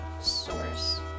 source